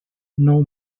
nou